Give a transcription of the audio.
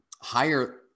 higher